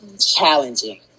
Challenging